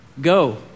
go